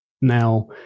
Now